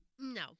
No